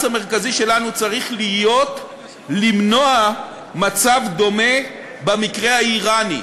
המרכזי שלנו צריך להיות למנוע מצב דומה במקרה האיראני,